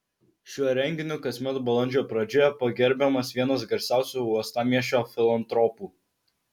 šiuo renginiu kasmet balandžio pradžioje pagerbiamas vienas garsiausių uostamiesčio filantropų